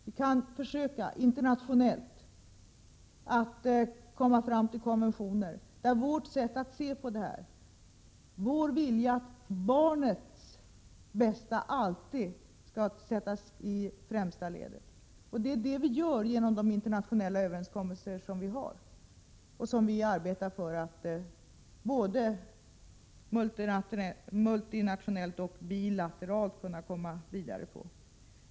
Vi kan försöka internationellt komma fram till konventioner där vårt sätt att se på frågan, att barnets bästa alltid skall sättas i främsta ledet, respekteras. Det gör vi genom olika internationella överenskommelser där vi arbetar både multinationellt och bilateralt för att komma vidare.